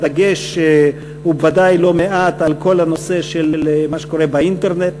הדגש הוא לא מעט על כל הנושא של מה שקורה באינטרנט.